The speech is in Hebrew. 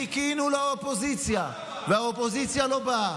חיכינו לאופוזיציה והאופוזיציה לא באה.